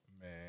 Man